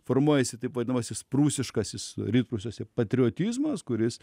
formuojasi taip vadinamasis prūsiškasis rytprūsiuose patriotizmas kuris